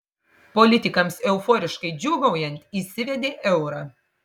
politikams euforiškai džiūgaujant įsivedė eurą